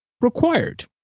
required